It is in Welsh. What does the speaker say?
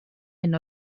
hyn